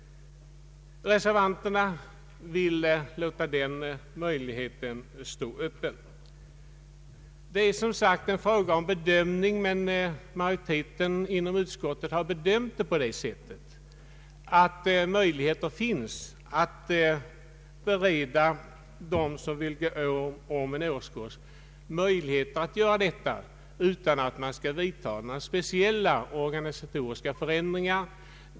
Reservanterna vill lämna den möjligheten öppen. Det är som sagt en fråga om bedömning, men majoriteten inom utskottet har sett frågan på det sättet, att möjlighet finns att låta dem som vill gå om en årskurs göra detta utan att man skall vidta några speciella organisatoriska förändringar.